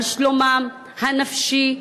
על שלומם הנפשי,